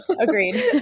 Agreed